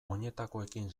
oinetakoekin